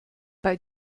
bei